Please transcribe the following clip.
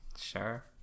sure